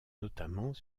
notamment